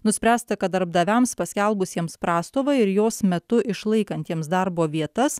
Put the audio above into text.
nuspręsta kad darbdaviams paskelbusiems prastovą ir jos metu išlaikantiems darbo vietas